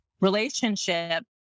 relationship